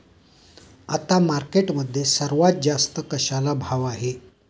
आता मार्केटमध्ये सर्वात जास्त कशाला भाव आहे?